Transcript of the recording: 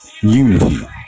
unity